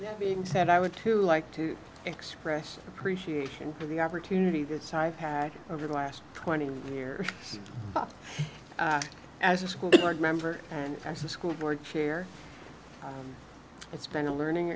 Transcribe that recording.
for being said i would too like to express appreciation for the opportunity that site had over the last twenty years as a school board member and as the school board chair it's been a learning